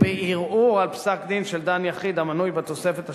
בערעור על פסק-דין של דן יחיד המנוי בתוספת השלישית,